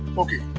okay,